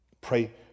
Pray